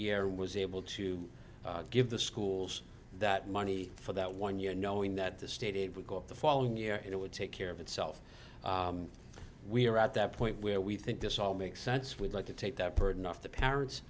year was able to give the schools that money for that one year knowing that the state it would go up the following year it would take care of itself we are at that point where we think this all makes sense we'd like to take that burden off the parents